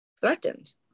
threatened